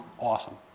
awesome